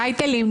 טייטלים.